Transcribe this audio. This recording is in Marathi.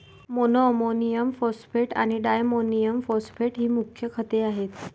मोनोअमोनियम फॉस्फेट आणि डायमोनियम फॉस्फेट ही मुख्य खते आहेत